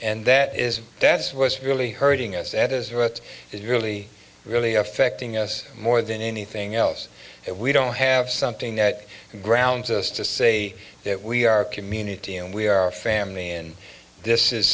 and that is that's was really hurting us and is what is really really affecting us more than anything else that we don't have something that grounds us to say that we are a community and we are family and this is